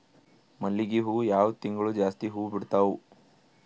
ಮಲ್ಲಿಗಿ ಹೂವು ಯಾವ ತಿಂಗಳು ಜಾಸ್ತಿ ಹೂವು ಬಿಡ್ತಾವು?